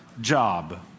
job